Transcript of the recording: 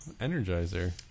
energizer